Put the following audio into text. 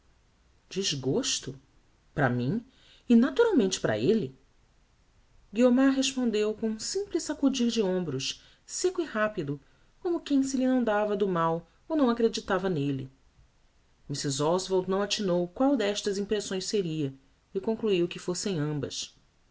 desgosto para mim e naturalmente para elle guiomar respondeu com um simples sacudir de hombros sêcco e rápido como quem se lhe não dava do mal ou não acreditava nelle mrs oswald não atinou qual destas impressões seria e concluiu que fossem ambas